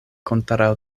kontraŭ